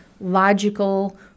logical